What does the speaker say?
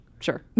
Sure